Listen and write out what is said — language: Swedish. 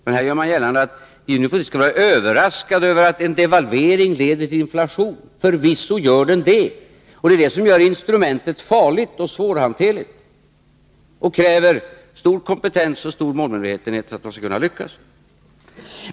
Men här gör man gällande att vi nu skulle vara överraskade över att en devalvering leder till en inflation. Förvisso gör den det. Det är det som gör instrumentet farligt och svårhanterligt. Det krävs stor kompetens och stor målmedvetenhet för att man skall kunna lyckas.